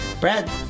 Brad